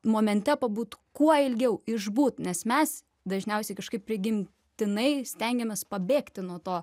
momente pabūt kuo ilgiau išbūt nes mes dažniausiai kažkaip prigimtinai stengiamės pabėgti nuo to